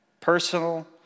personal